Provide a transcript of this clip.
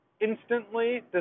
instantly